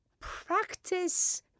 Practice